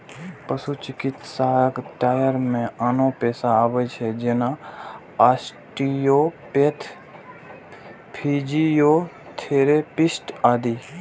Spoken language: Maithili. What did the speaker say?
पशु चिकित्साक दायरा मे आनो पेशा आबै छै, जेना आस्टियोपैथ, फिजियोथेरेपिस्ट आदि